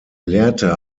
lehrte